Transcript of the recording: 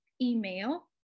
email